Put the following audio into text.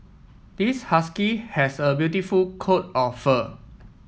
this husky has a beautiful coat of fur